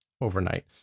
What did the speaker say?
overnight